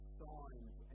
signs